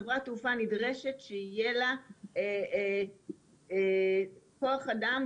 חברת תעופה נדרשת שיהיה לה כוח אדם,